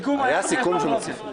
היה סיכום שנוסיף.